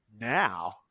now